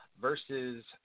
versus